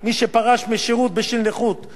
יהיה פטור מההיוון כבר בגיל מוקדם יותר.